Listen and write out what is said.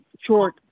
short